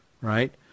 right